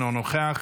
אינו נוכח,